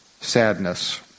Sadness